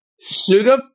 Sugar